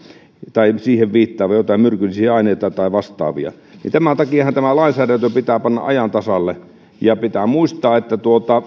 tai siihen viittaavaa joitain myrkyllisiä aineita tai vastaavia tämän takiahan tämä lainsäädäntö pitää panna ajan tasalle pitää muistaa että